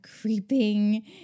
creeping